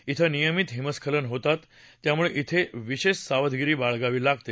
िथं नियमित हिमस्खलन होतात त्यामुळे िथेष सावधगिरी बाळगावी लागते